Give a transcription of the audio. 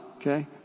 okay